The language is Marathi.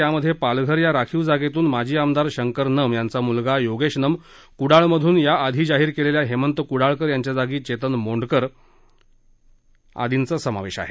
यात पालघर या राखीव जागेतून माजी आमदार शंकर नम यांचा मुलगा योगेश नम कुडाळ मधून याआधी जाहीर केलेल्या हेमंत कुडाळकर यांच्या जागी चेतन मोंडकर आदींचा समावेश आहे